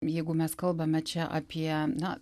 jeigu mes kalbame čia apie na